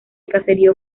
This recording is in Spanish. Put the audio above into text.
caserío